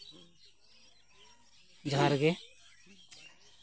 ᱡᱚᱦᱟᱨ ᱜᱮ